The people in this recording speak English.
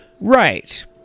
Right